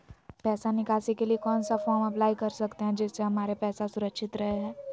पैसा निकासी के लिए कौन सा फॉर्म अप्लाई कर सकते हैं जिससे हमारे पैसा सुरक्षित रहे हैं?